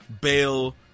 Bale